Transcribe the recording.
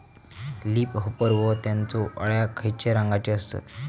Leaf hopper व त्यानचो अळ्या खैचे रंगाचे असतत?